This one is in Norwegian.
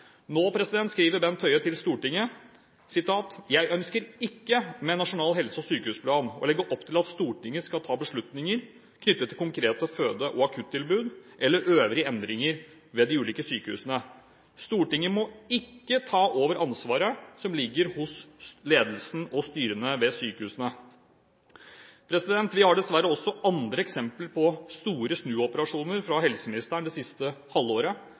Nå skriver Bent Høie til Stortinget: «Jeg ønsker ikke med Nasjonal helse- og sykehusplan å legge opp til at Stortinget skal ta beslutninger knyttet til det konkrete føde- og akuttilbudet eller øvrige endringer ved de ulike sykehusene. Stortinget må ikke ta over det ansvaret som ligger hos styret og ledelsen ved sykehusene.» Vi har dessverre også andre eksempler på store snuoperasjoner fra helseministeren det siste